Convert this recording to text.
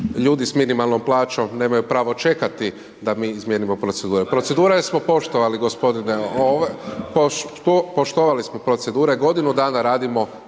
ljudi s minimalnom plaćom nemaju pravo čekati da mi izmijenimo procedure, procedure smo poštovali gospodine,